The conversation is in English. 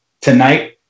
tonight